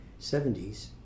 70s